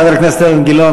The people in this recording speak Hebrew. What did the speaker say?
חבר הכנסת אילן גילאון,